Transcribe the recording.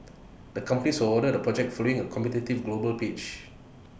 the companies were awarded the project following A competitive global pitch